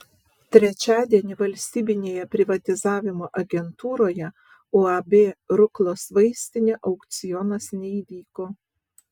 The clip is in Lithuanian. trečiadienį valstybinėje privatizavimo agentūroje uab ruklos vaistinė aukcionas neįvyko